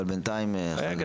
אבל בינתיים חג הפסח --- רגע,